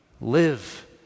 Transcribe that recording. live